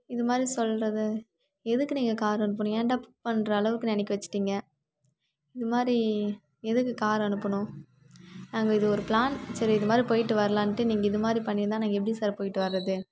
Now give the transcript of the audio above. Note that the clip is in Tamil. இது மாதிரி சொல்கிறத எதுக்கு நீங்கள் காரு அனுப்புனிங்க ஏன்டா புக் பண்ணுற அளவுக்கு நினைக்க வச்சுட்டிங்க இது மாதிரி எதுக்கு கார் அனுப்புணும் நாங்கள் இது ஒரு பிளான் சரி இது மாதிரி போயிட்டு வரலான்ட்டு நீங்கள் இது மாதிரி பண்ணிருந்தால் நாங்கள் எப்படி சார் போயிட்டு வர்றது